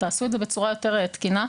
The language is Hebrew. תעשו את זה בצורה יותר תקינה.